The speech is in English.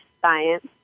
science